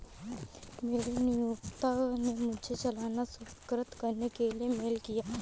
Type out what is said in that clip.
मेरे नियोक्ता ने मुझे चालान स्वीकृत करने के लिए मेल किया